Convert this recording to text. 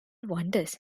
wonders